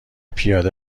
پیاده